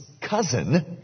cousin